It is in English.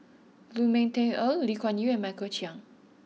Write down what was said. Lu Ming Teh Earl Lee Kuan Yew and Michael Chiang